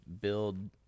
build